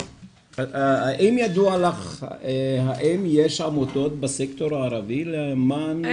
האם ידוע לך אם יש עמותות בסקטור הערבי למען?